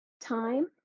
Time